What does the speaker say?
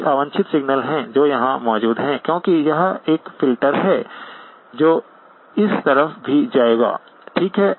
कुछ अवांछित सिग्नलहै जो यहां मौजूद है क्योंकि यह एक फिल्टर है जो इस तरफ भी जाएगा ठीक है